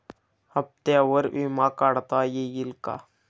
हप्त्यांवर विमा काढता येईल का?